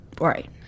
Right